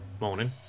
Morning